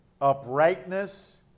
uprightness